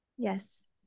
Yes